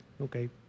Okay